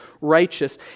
righteous